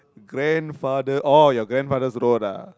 grandfather oh your grandfather's road ah